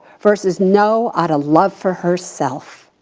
versus no, outta love for herself.